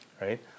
right